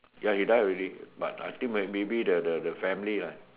ya he die already but I think right maybe the the the family lah